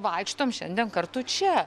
vaikštom šiandien kartu čia